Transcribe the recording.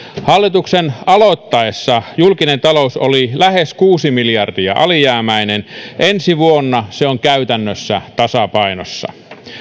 hallituksen aloittaessa julkinen talous oli lähes kuusi miljardia alijäämäinen ensi vuonna se on käytännössä tasapainossa